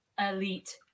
elite